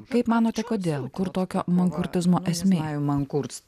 kaip manote kodėl kur tokio mankurtizmo asimiliavimą kurstyti